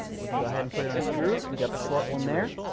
we can go ahead and put in our screws, we got the short one there.